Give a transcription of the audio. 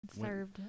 served